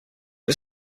was